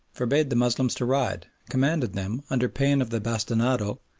forbade the moslems to ride, commanded them, under pain of the bastinado,